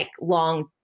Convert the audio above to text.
long